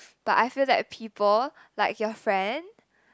but I feel that people like your friend